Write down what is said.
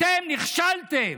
אתם נכשלתם.